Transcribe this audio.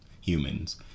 humans